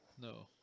No